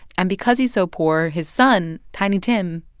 and because he's so poor, his son, tiny tim,